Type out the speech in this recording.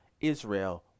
Israel